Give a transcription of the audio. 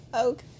okay